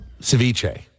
ceviche